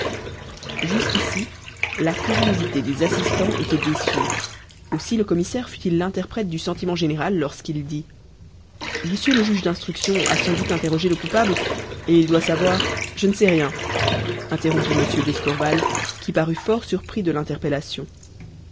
jusqu'ici la curiosité des assistants était déçue aussi le commissaire fut-il l'interprète du sentiment général lorsqu'il dit monsieur le juge d'instruction a sans doute interrogé le coupable et il doit savoir je ne sais rien interrompit m d'escorval qui parut fort surpris de l'interpellation